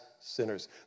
sinners